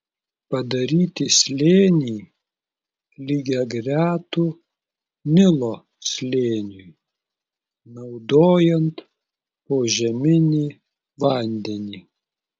padaryti slėnį lygiagretų nilo slėniui naudojant požeminį vandenį